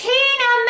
Tina